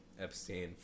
Epstein